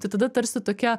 tai tada tarsi tokia